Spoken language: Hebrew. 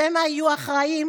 שמא יהיו אחראים.